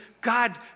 God